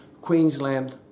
Queensland